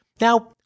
Now